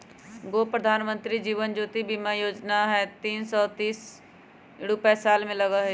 गो प्रधानमंत्री जीवन ज्योति बीमा योजना है तीन सौ तीस रुपए साल में लगहई?